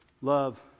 Love